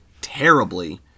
terribly